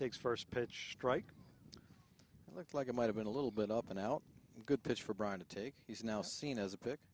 takes first pitch strike looked like it might have been a little bit up and out and good pitch for brian to take he's now seen as a pick